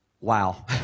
Wow